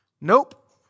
Nope